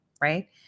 right